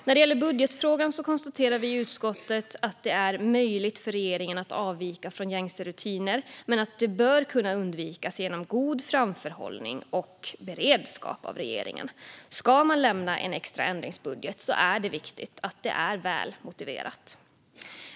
När det gäller budgetfrågan konstaterar vi i utskottet att det är möjligt för regeringen att avvika från gängse rutiner men att det bör kunna undvikas genom god framförhållning och beredskap av regeringen. Ska man lämna en extra ändringsbudget är det viktigt att det är väl motiverat.